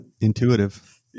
intuitive